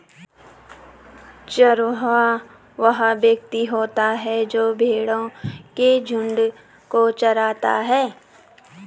चरवाहा वह व्यक्ति होता है जो भेड़ों के झुंडों को चराता है